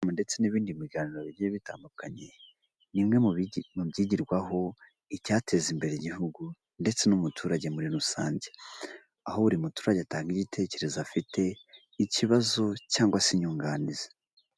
Ndetse n'ibindi biganiro bigiye bitandukanye nimubimwe byigirwaho icyateza imbere igihugu ndetse n'umuturage muri rusange aho buri muturage atanga igitekerezo afite, ikibazo cyangwa se inyunganizi.